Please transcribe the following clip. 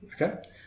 okay